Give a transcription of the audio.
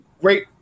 great